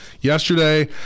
yesterday